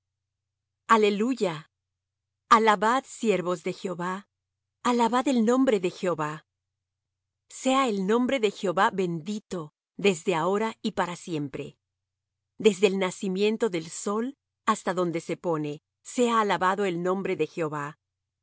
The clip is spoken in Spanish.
aleluya alabad siervos de jehová alabad el nombre de jehová sea el nombre de jehová bendito desde ahora y para siempre desde el nacimiento del sol hasta donde se pone sea alabado el nombre de jehová